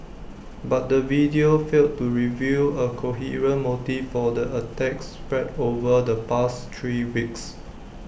but the video failed to reveal A coherent motive for the attacks spread over the past three weeks